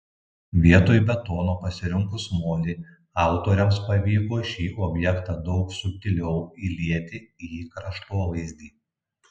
vietoj betono pasirinkus molį autoriams pavyko šį objektą daug subtiliau įlieti į kraštovaizdį